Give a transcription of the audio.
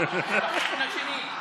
החיסון השני.